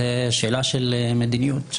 זו שאלה של מדיניות.